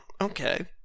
okay